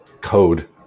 code